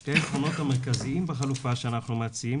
שני העקרונות המרכזיים בחלופה שאנחנו מציעים,